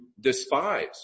despise